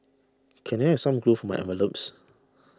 can I have some glue for my envelopes